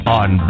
on